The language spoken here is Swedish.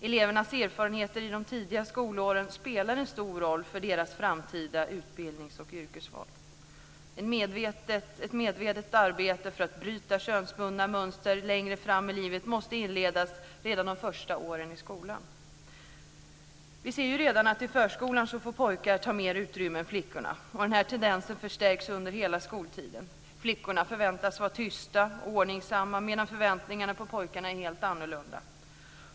Elevernas erfarenheter i de tidiga skolåren spelar en stor roll för deras framtida utbildningsoch yrkesval. Ett medvetet arbete för att bryta könsbundna mönster längre fram i livet måste inledas redan de första åren i skolan. Vi ser redan i förskolan att pojkar får ta mer utrymme än flickorna. Den tendensen förstärks under hela skoltiden. Flickorna förväntas vara tysta och ordningsamma medan förväntningarna på pojkarna är helt annorlunda.